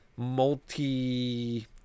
multi